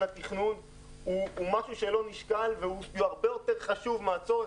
התכנון הוא משהו שלא נשקל והוא הרבה יותר חשוב מהצורך